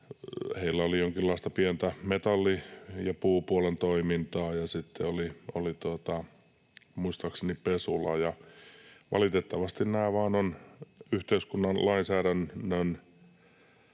Heillä oli jonkinlaista pientä metalli- ja puupuolen toimintaa ja sitten oli muistaakseni pesula. Valitettavasti nämä vain on yhteiskunnan lainsäädännön